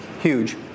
huge